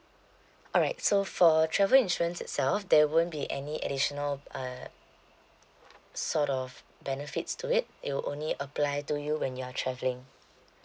alright so for travel insurance itself there won't be any additional uh sort of benefits to it it will only apply to you when you are travelling